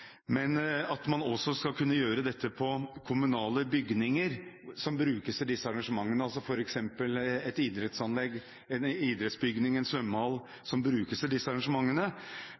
men at man også skal kunne gjøre dette på kommunale bygninger som brukes til disse arrangementene, f.eks. et idrettsanlegg, en idrettsbygning, en svømmehall. Så vi har utvidet lovforslaget som